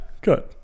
good